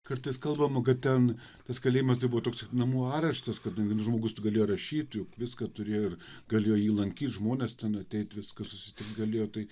kartais kalbama kad ten tas kalėjimas tebuvo toks namų areštas kadangi nu žmogus galėjo rašyt juk viską turėjo ir galėjo jį lankyt žmonės nu ateit viską susitikt galėjo tai